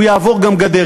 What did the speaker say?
יעבור גם גדר.